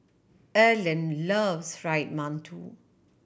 Erland loves Fried Mantou